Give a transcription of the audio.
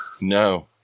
No